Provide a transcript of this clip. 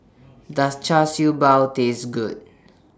Does Char Siew Bao Taste Good